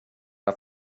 att